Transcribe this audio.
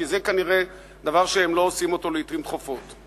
כי זה כנראה דבר שהם לא עושים לעתים תכופות.